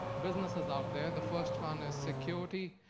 businesses out there. the first one is security.